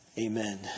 Amen